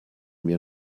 mir